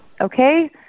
Okay